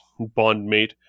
bondmate